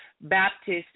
Baptist